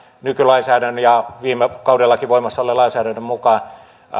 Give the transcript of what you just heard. nykylainsäädännön ja viime kaudellakin voimassa olleen lainsäädännön mukaan